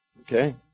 Okay